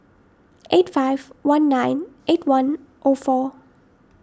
eight five one nine eight one O four